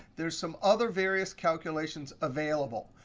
there's some other various calculations available.